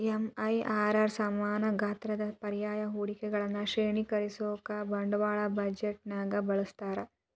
MIRR ಸಮಾನ ಗಾತ್ರದ ಪರ್ಯಾಯ ಹೂಡಿಕೆಗಳನ್ನ ಶ್ರೇಣೇಕರಿಸೋಕಾ ಬಂಡವಾಳ ಬಜೆಟ್ನ್ಯಾಗ ಬಳಸ್ತಾರ